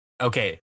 Okay